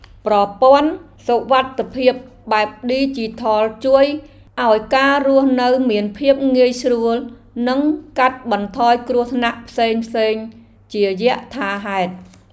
ប្រព័ន្ធសុវត្ថិភាពបែបឌីជីថលជួយឱ្យការរស់នៅមានភាពងាយស្រួល និងកាត់បន្ថយគ្រោះថ្នាក់ផ្សេងៗជាយថាហេតុ។